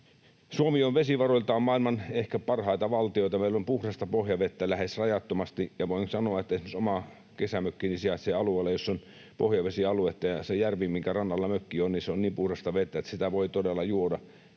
Suomi on vesivaroiltaan maailman ehkä parhaita valtioita. Meillä on puhdasta pohjavettä lähes rajattomasti. Ja voin sanoa, että esimerkiksi oma kesämökkini sijaitsee alueella, jossa on pohjavesialuetta, ja se järvi, minkä rannalla mökki on, on niin puhdasta vettä, että sitä voi todella juoda